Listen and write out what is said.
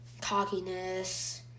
cockiness